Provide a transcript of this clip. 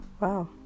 Wow